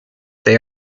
they